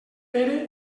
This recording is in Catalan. pere